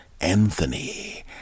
Anthony